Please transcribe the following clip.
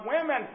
women